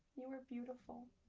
you are beautiful.